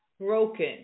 broken